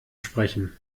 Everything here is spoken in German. sprechen